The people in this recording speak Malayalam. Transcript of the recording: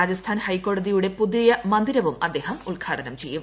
രാജസ്ഥാൻ ഹൈക്കോടതിയുടെ പുതിയ മന്ദിരവും അദ്ദേഹം ഉദ്ഘാടനം ചെയ്യും